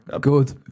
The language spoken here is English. Good